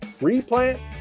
Replant